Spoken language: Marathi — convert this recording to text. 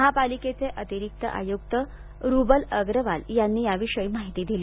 महापालिकेचे अतिरिक्त आयुक्त रुबल अग्रवाल यांनी याविषयी माहिती दिली